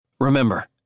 Remember